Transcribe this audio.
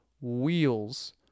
wheels